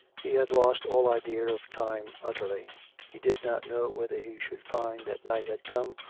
he had lost all idea of time utterly he did not know whether he should find that night had come,